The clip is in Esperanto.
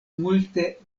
multe